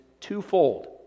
Twofold